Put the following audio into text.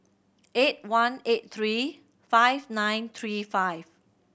eight one eight three five nine three five